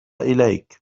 إليك